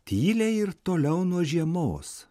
tyliai ir toliau nuo žiemos